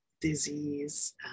disease